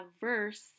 verse